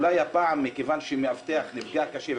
כיוון שהפעם מאבטח נפגע קשה,